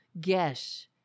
guess